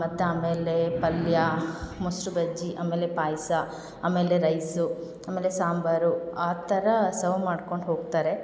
ಮತ್ತು ಆಮೇಲೆ ಪಲ್ಯ ಮೊಸರು ಬಜ್ಜಿ ಆಮೇಲೆ ಪಾಯಸ ಆಮೇಲೆ ರೈಸು ಆಮೇಲೆ ಸಾಂಬಾರು ಆ ಥರ ಸವ್ ಮಾಡ್ಕೊಂಡು ಹೋಗ್ತಾರೆ